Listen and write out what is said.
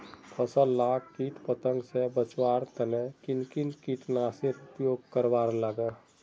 फसल लाक किट पतंग से बचवार तने किन किन कीटनाशकेर उपयोग करवार लगे?